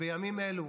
שבימים אלו